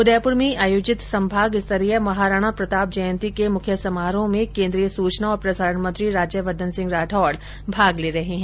उदयपुर में आयोजित संभाग स्तरीय महाराणा प्रताप जयंती के मुख्य समारोह में केन्द्रीय सूचना और प्रसारण मंत्री राज्यवर्धन सिंह राठौड भाग ले रहे है